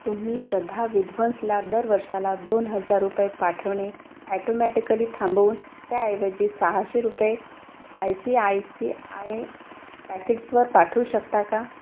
तुम्ही श्रद्धा विध्वंसला दर वर्षाला दोन हजार रुपये पाठवणे अॅटोमॅटिकली थांबवून त्याऐवजी सहाशे रुपये I C I C I पॅकेट्सवर पाठवू शकता का